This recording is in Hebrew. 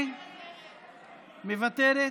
מוותרת,